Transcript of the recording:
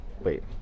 Wait